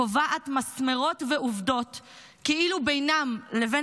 קובעת מסמרות ועובדות כאילו בינם לבין